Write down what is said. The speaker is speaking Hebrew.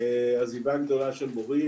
עזיבה גדולה של מורים.